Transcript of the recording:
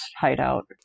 hideout